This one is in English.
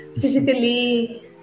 physically